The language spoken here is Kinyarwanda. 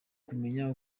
kumenya